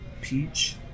peach